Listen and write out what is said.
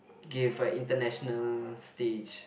give a International stage